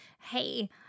hey